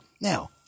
Now